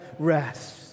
Rest